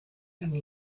and